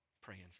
praying